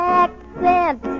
accent